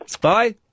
Bye